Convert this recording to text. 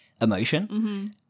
emotion